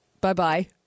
bye-bye